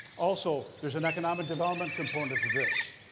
also, there's an economic development component to this.